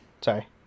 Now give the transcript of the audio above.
Sorry